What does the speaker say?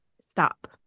stop